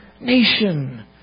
nation